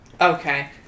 Okay